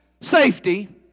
safety